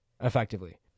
Effectively